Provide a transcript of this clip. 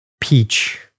peach